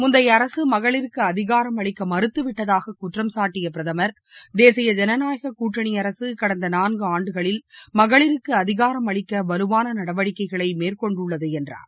முந்தையஅரசுமகளிருக்குஅதிகாரம் அளிக்கமறுத்துவிட்டதாககுற்றம் சாட்டியபிரதமா் தேசிய ஜனநாயககூட்டணிஅரசுகடந்தநான்குஆண்டுகளில் மகளிருக்குஅதிகாரம் அளிக்கவலுவானநடவடிக்கைகளைமேற்கொண்டுள்ளதுஎன்றார்